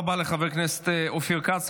תודה רבה לחבר הכנסת אופיר כץ.